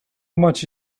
much